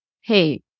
Hey